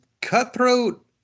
Cutthroat